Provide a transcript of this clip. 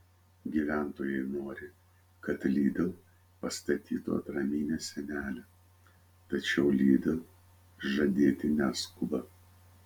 gyventojai nori kad lidl pastatytų atraminę sienelę tačiau lidl žadėti neskuba